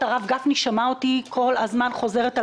הרב גפני שמע אותי כל הזמן חוזרת על